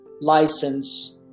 license